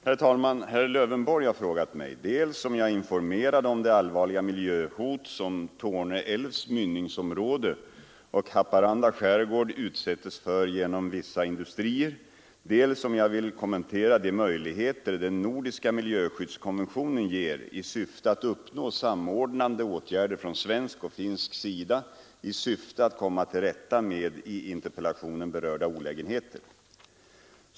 Herr talman! Herr Lövenborg har frågat mig dels om jag är informerad om det allvarliga miljöhot som Torne älvs mynningsområde och Haparanda skärgård utsättes för genom vissa industrier, dels om jag vill kommentera de möjligheter den nordiska miljöskyddskonventionen ger i syfte att uppnå samordnande åtgärder från svensk och finsk sida i syfte att komma till rätta med i interpellationen berörda olägenheter.